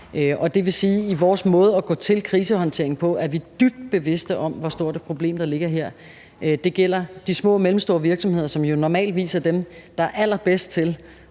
Det vil sige, at i vores måde at gå til krisehåndtering på er vi dybt bevidste om, hvor stort et problem der ligger her. Det gælder de små og mellemstore virksomheder, som jo normalvis er dem, der er allerbedst til